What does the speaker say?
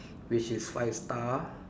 which is five star